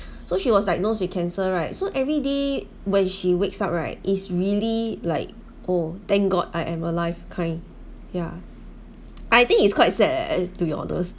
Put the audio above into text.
so she was diagnosed with cancer right so everyday when she wakes up right is really like oh thank god I am alive kind yeah I think it's quite sad leh to be honest